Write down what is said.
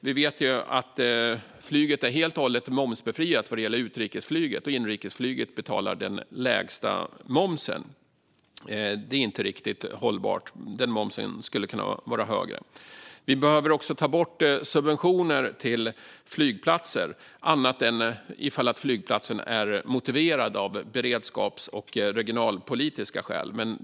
Vi vet ju att utrikesflyget är helt och hållet momsbefriat, och inrikesflyget betalar den lägsta momsen. Det är inte riktigt hållbart. Momsen skulle kunna vara högre. Vi behöver också ta bort subventioner till flygplatser utom till de flygplatser som är motiverade av beredskapsskäl och regionalpolitiska skäl.